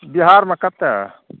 बिहारमे कतए